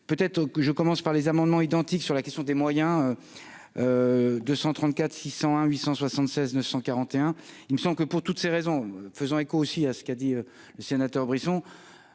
peut être que je commence par les amendements identiques sur la question des moyens 234 600 à 876 941 il me semble que pour toutes ces raisons, faisant écho aussi à ce qu'a dit le sénateur Brisson,